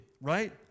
right